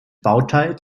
bauteil